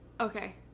okay